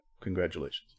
Congratulations